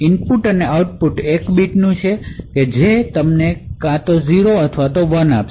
input અને output એક bit છે જે તમને 0 અથવા 1 આપશે